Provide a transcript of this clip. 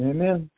Amen